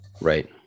Right